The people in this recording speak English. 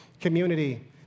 community